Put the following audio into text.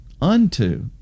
Unto